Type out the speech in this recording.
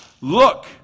Look